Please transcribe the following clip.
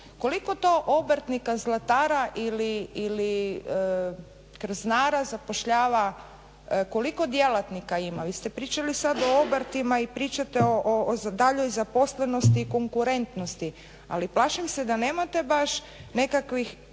Koliko to obrtnika zlatara ili krznara zapošljava, koliko djelatnika ima? Vi ste pričali sad o obrtima i pričate o daljoj zaposlenosti i konkurentnosti, ali plašim se da nemate baš nekakvih